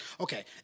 Okay